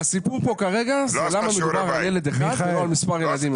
הסיפור כאן כרגע הוא למה מדובר על ילד אחד ולא על מספר ילדים.